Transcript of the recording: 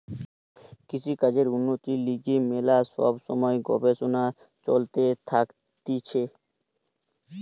কৃষিকাজের উন্নতির লিগে ম্যালা সব সময় গবেষণা চলতে থাকতিছে